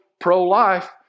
pro-life